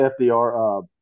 FDR